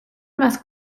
más